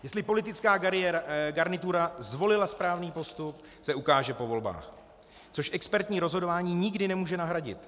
Jestli politická garnitura zvolila správný postup, se ukáže po volbách, což expertní rozhodování nikdy nemůže nahradit.